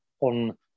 on